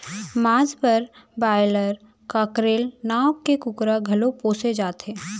मांस बर broiler, cockerel नांव के कुकरा घलौ पोसे जाथे